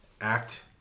Act